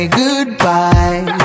goodbye